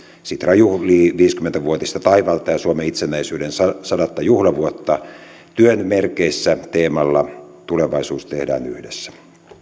sitra juhlii viisikymmentä vuotista taivalta ja suomen itsenäisyyden sataa juhlavuotta työn merkeissä teemalla tulevaisuus tehdään yhdessä